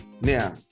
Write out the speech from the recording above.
Now